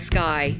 Sky